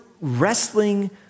wrestling